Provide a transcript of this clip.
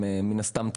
מן הסתם,